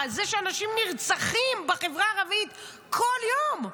העובדה שאנשים נרצחים בחברה הערבית כל יום,